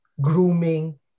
grooming